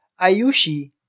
Ayushi